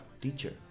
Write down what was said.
teacher